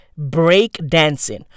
breakdancing